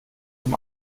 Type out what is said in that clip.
zum